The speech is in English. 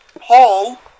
Paul